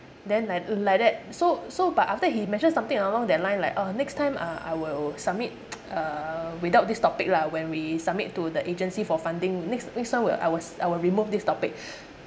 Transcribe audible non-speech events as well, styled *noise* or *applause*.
then like like that so so but after that he mentioned something along that line like ah next time I will submit *noise* uh without this topic lah when we submit to the agency for funding next next one I was I will remove this topic